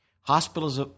hospitals